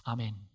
Amen